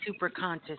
superconscious